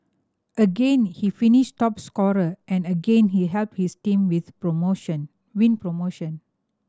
again he finished top scorer and again he helped his team with promotion win promotion